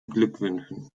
beglückwünschen